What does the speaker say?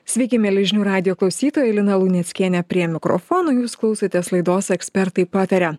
sveiki mieli žinių radijo klausytoja lina luneckienė prie mikrofono jūs klausotės laidos ekspertai pataria